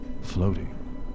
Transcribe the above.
floating